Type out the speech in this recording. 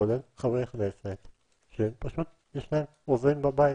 כולל חברי כנסת שפשוט יש להם עוזרים בבית,